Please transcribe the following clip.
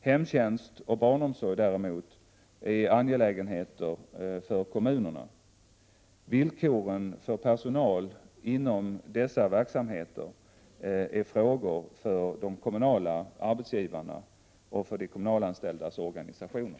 Hemtjänst och barnomsorg är däremot angelägenheter för kommunerna. Villkoren för personal inom dessa verksamheter är frågor för de kommunala arbetsgivarna och de kommunalanställdas organisationer.